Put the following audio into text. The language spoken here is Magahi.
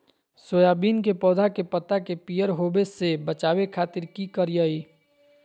सोयाबीन के पौधा के पत्ता के पियर होबे से बचावे खातिर की करिअई?